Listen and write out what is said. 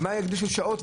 מה יקדישו שעות?